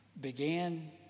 began